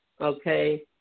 Okay